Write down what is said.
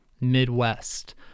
Midwest